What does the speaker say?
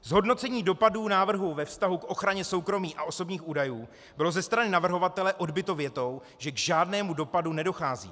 Zhodnocení dopadů návrhu ve vztahu k ochraně soukromí a osobních údajů bylo ze strany navrhovatele odbyto větou, že k žádnému dopadu nedochází.